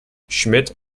schmidt